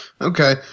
Okay